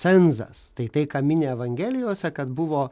cenzas tai tai ką mini evangelijose kad buvo